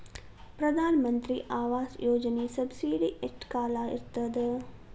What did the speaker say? ಪ್ರಧಾನ ಮಂತ್ರಿ ಆವಾಸ್ ಯೋಜನಿ ಸಬ್ಸಿಡಿ ಎಷ್ಟ ಕಾಲ ಇರ್ತದ?